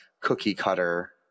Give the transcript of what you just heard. cookie-cutter